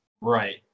right